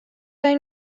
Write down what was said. این